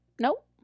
Nope